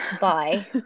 bye